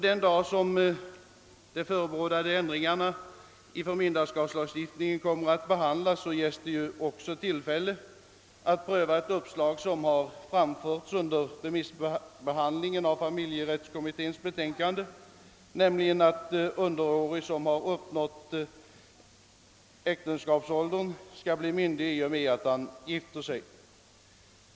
Den dag då de förebådade ändringarna i förmynderskapslagstiftningen kommer att behandlas får vi också tillfälle att pröva ett uppslag som framförts under remissbehandlingen av familjerättskommitténs betänkande, nämligen förslaget att underårig som uppnått äktenskapsålder skall bli myndig i och med att han gifter sig.